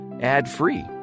ad-free